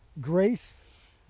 grace